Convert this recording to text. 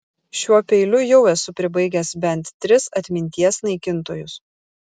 šiuo peiliu jau esu pribaigęs bent tris atminties naikintojus